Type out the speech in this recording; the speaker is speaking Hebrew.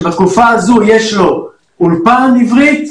בתקופה זו יש לו אולפן עברית,